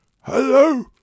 Hello